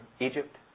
Egypt